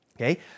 Okay